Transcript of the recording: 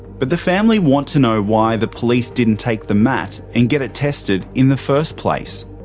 but the family want to know why the police didn't take the mat and get it tested in the first place.